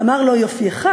אמר לו: יופייך,